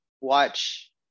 watch